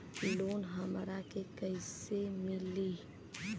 Loan हमरा के कईसे मिली?